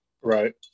Right